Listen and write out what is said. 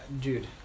Dude